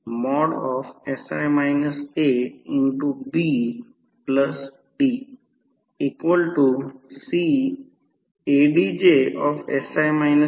तर हे 500 1000 आहे त्यामुळे व्होल्ट अँपिअर आणि विभाजित 500 व्होल्ट कमी व्होल्टेज ची बाजू